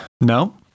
No